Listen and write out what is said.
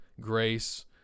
grace